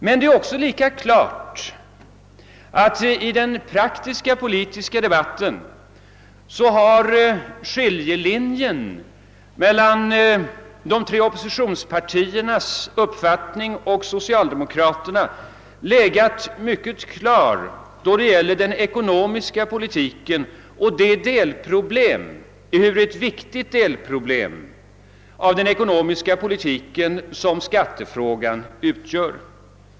Men det är också lika klart att i den praktiska politiska debatten skiljelinjen mellan de tre oppositionspartiernas uppfattning och socialdemokraternas legat mycket klar beträffande de ekonomiska spörsmålen och det ekonomiska delproblem — ehuru ett viktigt sådant — som skattefrågan utgör.